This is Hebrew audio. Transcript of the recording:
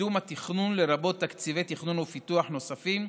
לקידום התכנון, לרבות תקציבי תכנון ופיתוח נוספים,